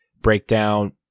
breakdown